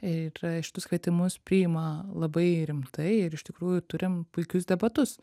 ir šitus kvietimus priima labai rimtai ir iš tikrųjų turim puikius debatus